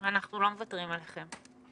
אנחנו לא מוותרים עליכם.